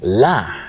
la